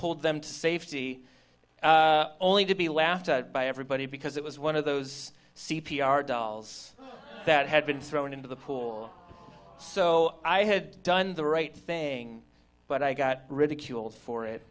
pulled them to safety only to be laughed at by everybody because it was one of those c p r dolls that had been thrown into the pool so i had done the right thing but i got ridiculed for it